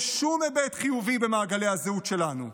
אין שום היבט חיובי במעגלי הזהות שלנו,